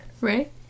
right